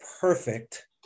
perfect